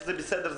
שזה בסדר,